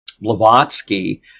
Blavatsky